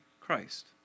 Christ